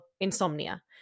insomnia